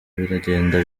biragenda